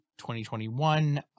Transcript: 2021